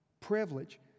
privilege